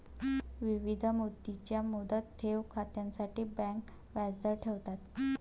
विविध मुदतींच्या मुदत ठेव खात्यांसाठी बँका व्याजदर देतात